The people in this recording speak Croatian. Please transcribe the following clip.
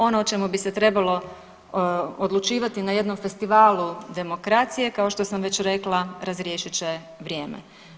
Ono o čemu bi se trebalo odlučivati na jednom festivalu demokracije kao što sam već rekla razriješit će vrijeme.